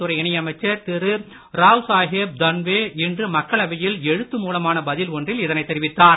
துறை இணையமைச்சர் திரு ராவ்சாகேப் தான்வே இன்று மக்களவையில் எழுத்து மூலமான பதில் ஒன்றில் இதனை தெரிவித்தார்